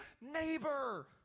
neighbor